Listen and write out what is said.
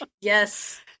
yes